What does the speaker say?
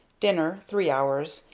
dinner three hours,